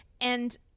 And-